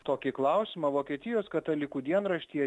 tokį klausimą vokietijos katalikų dienraštyje